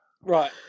Right